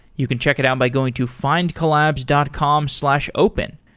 you can check it out by going to findcollabs dot com slash open.